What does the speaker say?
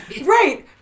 Right